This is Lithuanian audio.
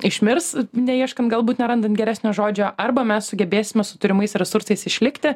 išmirs neieškant galbūt nerandant geresnio žodžio arba mes sugebėsime su turimais resursais išlikti